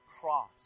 cross